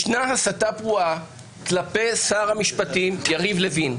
ישנה הסתה פרועה כלפי שר המשפטים יריב לוין.